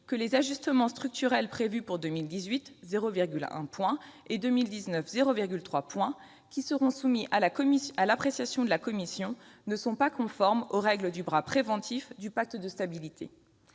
que « les ajustements structurels prévus pour 2018- 0,1 point -et 2019- 0,3 point -, qui seront soumis à l'appréciation de la Commission, ne sont pas conformes aux règles du " bras préventif " du Pacte de stabilité